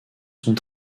sont